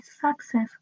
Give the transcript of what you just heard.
success